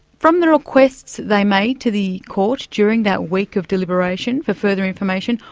from the requests they made to the court during that week of deliberation for further information,